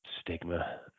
stigma